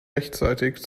rechtzeitig